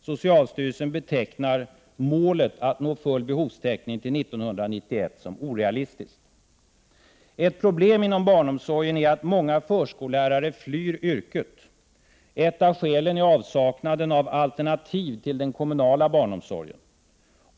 Socialstyrelsen betecknar målet att nå full behovstäckning till 1991 som ”orealistiskt”. Ett problem inom barnomsorgen är att många förskollärare flyr yrket. Ett av skälen är avsaknaden av alternativ till den kommunala barnomsorgen.